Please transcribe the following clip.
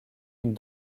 une